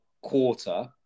quarter